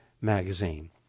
magazine